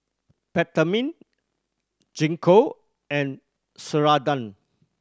Peptamen Gingko and Ceradan